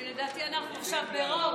לדעתי, אנחנו עכשיו ברוב.